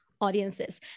audiences